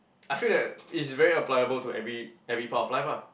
I feel that it's very appliable to every every part of life ah